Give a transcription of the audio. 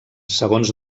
segons